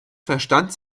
verstand